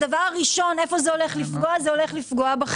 ראשית, זה הולך לפגוע בחינוך.